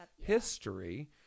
history